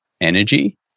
energy